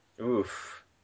Oof